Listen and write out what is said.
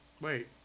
wait